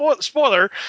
spoiler